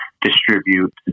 distribute